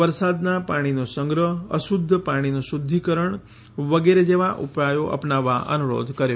વરસાદીનાં પાણીનો સંગ્રહ અશુધ્ધ પાણીનું શુધ્ધિકરણ વગેરે જેવા ઉપાયો અપનાવવા અનુરોધ કર્યો